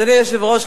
אדוני היושב-ראש,